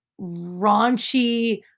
raunchy